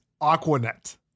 Aquanet